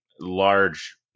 large